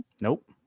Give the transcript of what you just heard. Nope